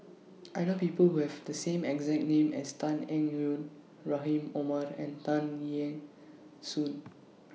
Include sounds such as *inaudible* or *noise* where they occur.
*noise* I know People Who Have The same exact name as Tan Eng Yoon Rahim Omar *noise* and Tan Eng Soon